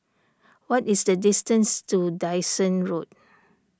what is the distance to Dyson Road